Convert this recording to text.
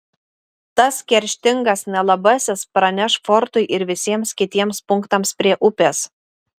tas kerštingas nelabasis praneš fortui ir visiems kitiems punktams prie upės